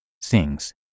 sings